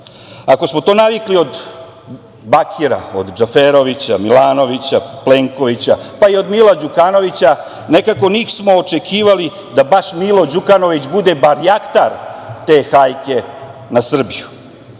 smo to navikli od Bakira, od Džaferovića, od Milanovića, Plenkovića, pa i od Mila Đukanovića, nekako nismo očekivali da baš Milo Đukanović bude barjaktar te hajke na Srbiju.